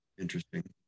interesting